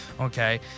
Okay